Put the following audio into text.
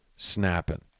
Snapping